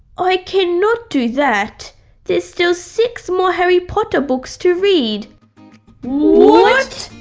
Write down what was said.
i can not do that there's still six more harry potter books to read what!